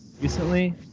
recently